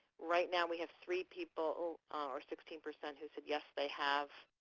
right now, we have three people or sixteen percent who said, yes, they have